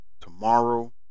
tomorrow